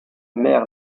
mère